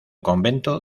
convento